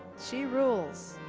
she rules.